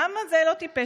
העם הזה לא טיפש.